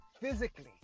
physically